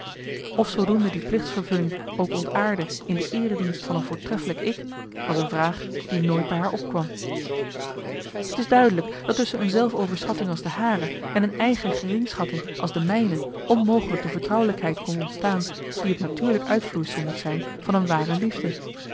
of zoodoende die plichtsvervulling ook ontaardde in de eeredienst van een voortreffelijk ik was een vraag die nooit bij haar opkwam t is duidelijk dat tusschen een zelfoverschatting als de hare en een eigen geringschatting als de mijne onmogelijk de vertrouwelijkheid kon onstaan die het natuurlijk uitvloeisel moet zijn van een ware liefde